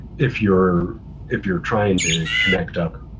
if you're if you're trying to connect up